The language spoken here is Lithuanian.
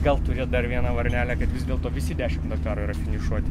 gal turėt dar vieną varnelę kad vis dėlto visi dešim dakarų yra finišuoti